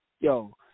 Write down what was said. Yo